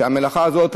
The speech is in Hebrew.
שהמלאכה הזאת,